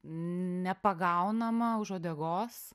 nepagaunama už uodegos